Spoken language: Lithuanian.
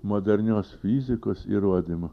modernios fizikos įrodymo